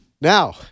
Now